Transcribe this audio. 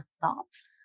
thoughts